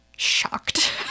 shocked